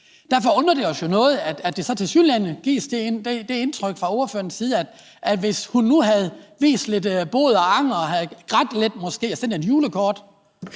Derfor undrer det os jo noget, at der tilsyneladende gives det indtryk fra ordførerens side, at det, hvis hun nu havde vist lidt bod og anger og måske havde grædt lidt og sendt et julekort,